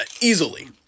Easily